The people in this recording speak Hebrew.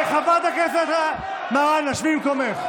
חברת הכנסת מראענה, שבי במקומך.